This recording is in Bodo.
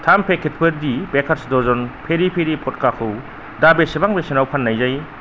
थाम पेकेटफोर The Baker's Dozen Peri Peri फटकाखौ दा बेसेबां बेसेनाव फाननाय जायो